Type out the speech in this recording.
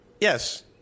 Yes